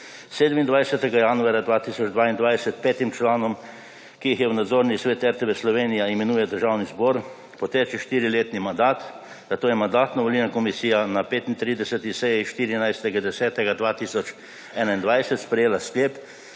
27. januarja 2022 petim članom, ki jih je v nadzorni svet RTV Slovenija imenuje Državni zbor, poteče štiriletni mandat, zato je Mandatno-volilna komisija na 35. seji 14. 10. 2021 sprejela sklep,